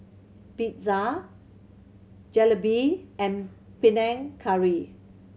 Pizza Jalebi and Panang Curry